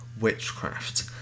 witchcraft